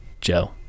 Joe